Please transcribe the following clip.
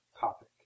topic